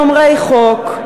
שומרי חוק,